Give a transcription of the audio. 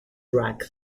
track